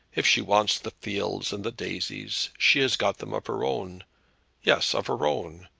if she wants de fields and de daisies she has got them of her own yes, of her own.